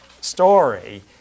story